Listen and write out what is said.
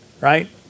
right